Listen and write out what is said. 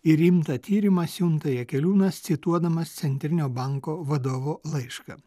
į rimtą tyrimą siunta jakeliūnas cituodamas centrinio banko vadovo laišką